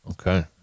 Okay